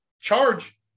charge